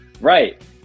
Right